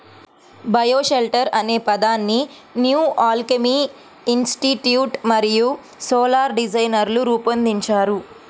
bioshelter అనే పదాన్ని New Alchemy Institute మరియు సోలార్ డిజైనర్లు రూపొందించారు